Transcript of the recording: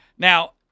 Now